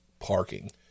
Parking